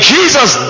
Jesus